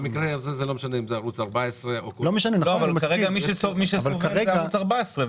לא משנה אם זה ערוץ 14. אבל כרגע מי שסובל זה ערוץ 14,